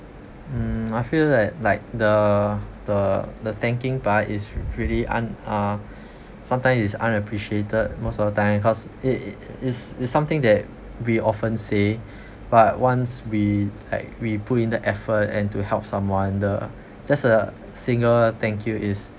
um I feel that like the the thanking part is really un~ uh sometimes is unappreciated most of the time because it it is is something that we often say but once we like we put in the effort and to help someone the just a single thank you is